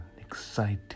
exciting